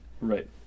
Right